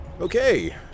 Okay